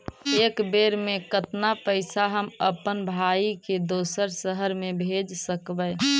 एक बेर मे कतना पैसा हम अपन भाइ के दोसर शहर मे भेज सकबै?